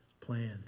plan